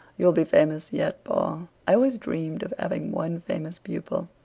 you'll be famous yet, paul. i always dreamed of having one famous pupil.